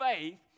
faith